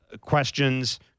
questions